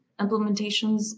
implementations